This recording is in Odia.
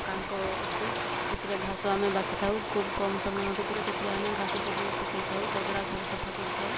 କାଙ୍କ ଅଛି ସେଥିରେ ଘାସ ଆମେ ବାଛିଥାଉ ଖୁବ କମ ସମୟ ଭିତରେ ସେଥିରେ ଆମେ ଘାସ ସବୁ ପକାଇଥାଉ ଜଗଡ଼ା ସବୁ ସଫା କରିଥାଉ